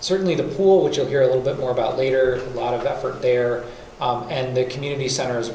certainly the pool which we'll hear a little bit more about later a lot of effort there and the community center as